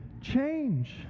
Change